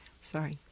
sorry